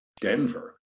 Denver